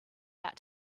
out